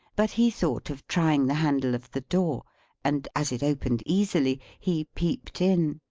but he thought of trying the handle of the door and as it opened easily, he peeped in,